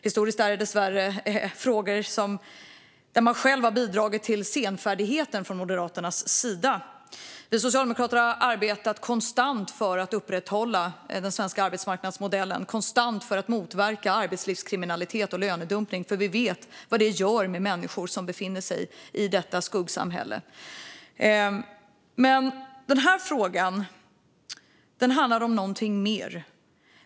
Historiskt sett är det dessvärre frågor där Moderaterna själva bidragit till senfärdigheten. Vi socialdemokrater har arbetat konstant för att upprätthålla den svenska arbetsmarknadsmodellen och motverka arbetslivskriminalitet och lönedumpning, för vi vet vad det gör med människor som befinner sig i detta skuggsamhälle. Men den här frågan handlar om någonting mer.